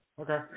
okay